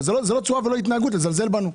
אבל זאת לא צורה ולא התנהגות לזלזל בנו.